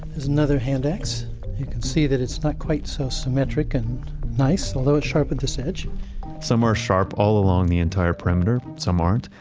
is another hand axe, you can see that it's not quite so symmetric and nice, although it's sharp at its edge some are sharp all along the entire perimeter, some aren't.